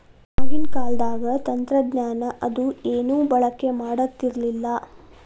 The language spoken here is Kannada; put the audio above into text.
ಆಗಿನ ಕಾಲದಾಗ ತಂತ್ರಜ್ಞಾನ ಅದು ಏನು ಬಳಕೆ ಮಾಡತಿರ್ಲಿಲ್ಲಾ